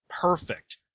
perfect